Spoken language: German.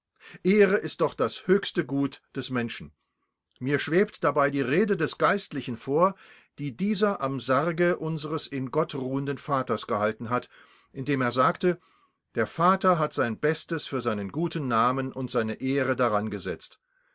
ehre ist doch das höchste gut des menschen mir schwebt dabei die rede des geistlichen vor die dieser am sarge unseres in gott ruhenden vaters gehalten hat indem er sagte der vater hat sein bestes für seinen guten namen und seine ehre darangesetzt